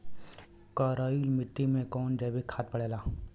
करइल मिट्टी में कवन जैविक खाद पड़ेला?